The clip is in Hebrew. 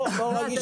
לא רגיש.